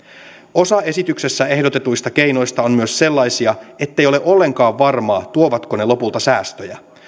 osa esityksessä ehdotetuista keinoista on myös sellaisia ettei ole ollenkaan varmaa tuovatko ne lopulta säästöjä